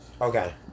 Okay